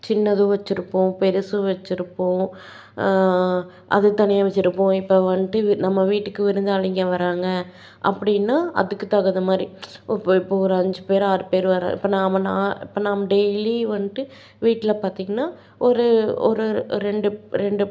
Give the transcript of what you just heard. சின்னதும் வெச்சுருப்போம் பெருதும் வெச்சுருப்போம் அது தனியாக வெச்சுருப்போம் இப்போ வந்துட்டு வி நம்ம வீட்டுக்கு விருந்தாளிங்கள் வராங்க அப்படின்னா அதுக்கு தகுந்த மாதிரி இப்ப இப்போது ஒரு அஞ்சு பேர் ஆறு பேர் வர இப்போ நாம் நா இப்போ நாம் டெய்லி வந்துட்டு வீட்டில் பார்த்தீங்கன்னா ஒரு ஒரு ரெண்டுப் ரெண்டுப்